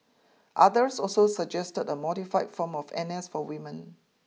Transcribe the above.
others also suggested a modified form of N S for women